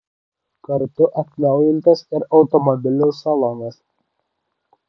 kartu atnaujintas ir automobilio salonas